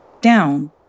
down